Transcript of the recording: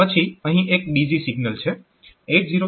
પછી અહીં એક બીઝી સિગ્નલ છે